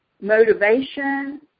motivation